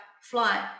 flight